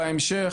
בהמשך,